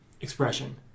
expression